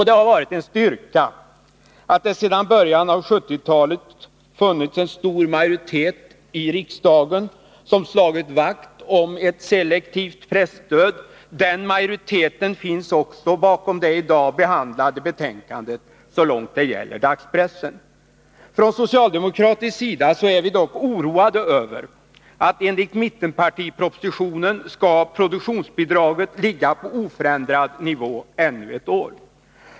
Det har varit en styrka att det sedan början av 1970-talet funnits en stor majoritet i riksdagen, som slagit vakt om ett selektivt presstöd. Den majoriteten finns också bakom det i dag behandlade betänkandet så långt det gäller dagspressen. Från socialdemokratisk sida är vi dock oroade över att enligt mittenpartipropositionen skall produktionsbidraget ligga på oförändrad nivå ännu ett år.